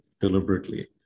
deliberately